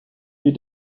you